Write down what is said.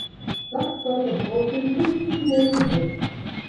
tas tavo šokis biški kreizi